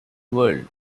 world